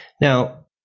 Now